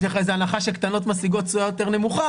יש לך איזה הנחה שקטנות משיגות תשואה יותר נמוכה,